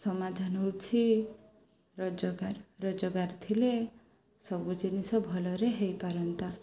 ସମାଧାନ ହେଉଛି ରୋଜଗାର ରୋଜଗାର ଥିଲେ ସବୁ ଜିନିଷ ଭଲରେ ହେଇପାରନ୍ତା